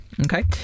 okay